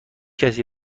کسی